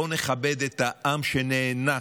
בואו נכבד את העם שנאנק.